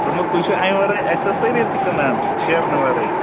دوٚپمو تُہۍ چھو امہ وَرٲے ایٚسَسِریٖز تہِ کنان شیرنہٕ وَرٲے